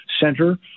Center